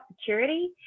security